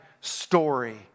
story